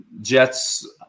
Jets